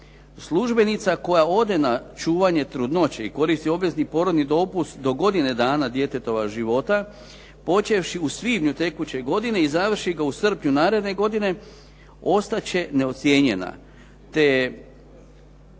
službenica koja ode na čuvanje trudnoće i koristi obvezni porodni dopust do godine dana djetetova života počevši u svibnju tekuće godine i završi ga u srpnju naredne godine ostat će neocijenjena